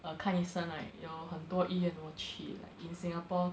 err 看医生 right 有很多医院我去 like in singapore